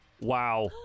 Wow